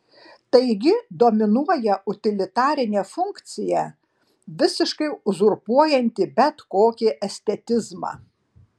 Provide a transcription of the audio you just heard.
taigi dominuoja utilitarinė funkcija visiškai uzurpuojanti bet kokį estetizmą